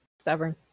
Stubborn